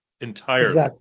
entirely